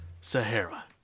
Sahara